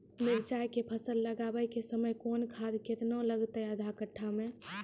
मिरचाय के फसल लगाबै के समय कौन खाद केतना लागतै आधा कट्ठा मे?